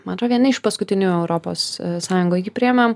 man atro vieni iš paskutinių europos sąjungoj jį priėmėm